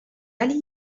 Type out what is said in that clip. ولی